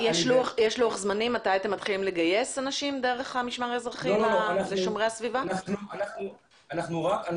אנשים לא מבינים, אני חושבת, כמה